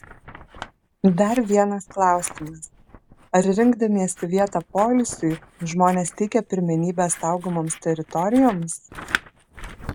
dar vienas klausimas ar rinkdamiesi vietą poilsiui žmonės teikia pirmenybę saugomoms teritorijoms